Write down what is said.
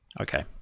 Okay